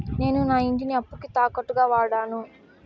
నేను నా ఇంటిని అప్పుకి తాకట్టుగా వాడాను